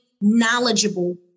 knowledgeable